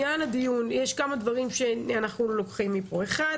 יש כמה דברים שאנחנו לוקחים מהדיון: ראשית,